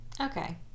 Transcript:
Okay